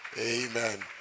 amen